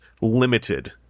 limited